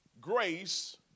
Grace